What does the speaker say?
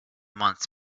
months